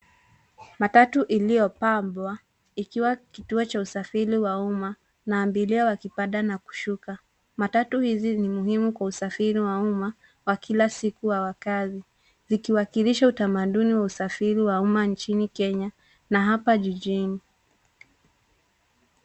Matatu iliyopambwa ikiwa kituo cha usafiri wa umma na abiria wakipanda na kushuka. Matatu hizi ni muhimu kwa usafiri wa umma wa kila siku wa wakazi zikiwakilisha utamaduni wa usafari wa umma nchini Kenya na hapa jijini.